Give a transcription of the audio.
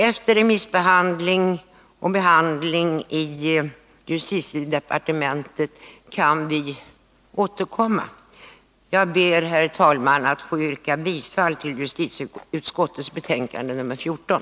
Efter remissbehandling och behandling i justitiedepartementet kan vi återkomma. Jag ber, herr talman, att få yrka bifall till hemställan i justitieutskottets betänkande nr 14.